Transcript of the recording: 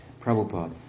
Prabhupada